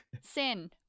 Sin